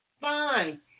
fine